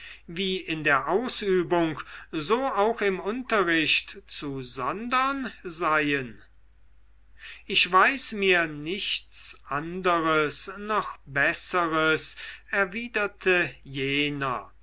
wie in der ausübung so auch im unterricht zu sondern seien ich weiß mir nichts anderes noch besseres erwiderte jener